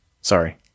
Sorry